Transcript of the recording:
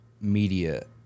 media